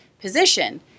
position